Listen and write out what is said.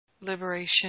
liberation